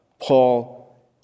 Paul